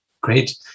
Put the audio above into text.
Great